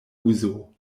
uzo